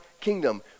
kingdom